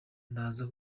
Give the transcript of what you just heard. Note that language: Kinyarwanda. ndaza